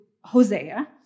Hosea